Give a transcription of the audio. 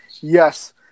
Yes